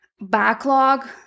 Backlog